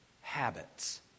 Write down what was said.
Habits